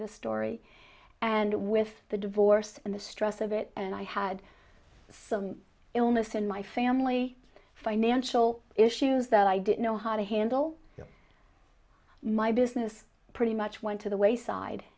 the story and with the divorce and the stress of it and i had some illness in my family financial issues that i didn't know how to handle my business pretty much went to the wayside